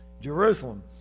Jerusalem